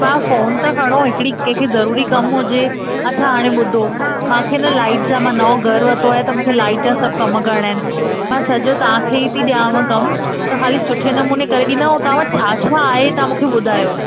भाउ फोन त खणो हिकिड़ी कंहिंखे ज़रूरी कमु हुजे अच्छा हाणे ॿुधो मूंखे न लाइट जा मां नओं घरु वरितो आहे त मूंखे लाइट जा सभु कमु करिणा त आहिनि मां सॼो तव्हां खे हीउ थी ॾियांव कमु तव्हां खाली सुठे नमूने करे ॾींदो तव्हां वठु छा छा आहे तव्हां मूंखे ॿुधायो